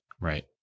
right